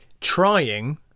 trying